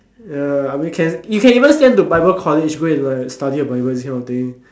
ya I mean can you can even send to bible college go and like study your bible this kind of thing